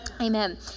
Amen